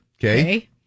Okay